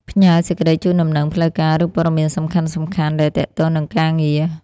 ផ្ញើ សេចក្តីជូនដំណឹង ផ្លូវការ ឬព័ត៌មានសំខាន់ៗដែលទាក់ទងនឹងការងារ។